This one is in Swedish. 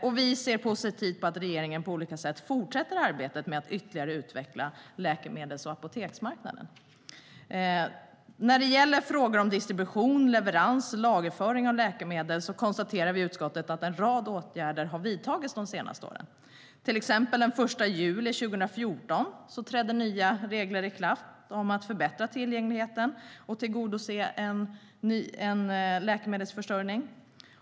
Och vi ser positivt på att regeringen på olika sätt fortsätter arbetet med att ytterligare utveckla läkemedels och apoteksmarknaden. När det gäller distribution, leverans och lagerföring av läkemedel konstaterar utskottet att en rad åtgärder har vidtagits de senaste åren. Den 1 juli 2014 trädde till exempel nya regler i kraft om att förbättra tillgängligheten och tillgodose en läkemedelsförsörjning.